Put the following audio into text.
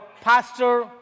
pastor